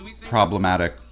problematic